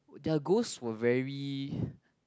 their ghosts were very